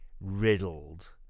riddled